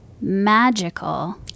magical